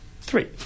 three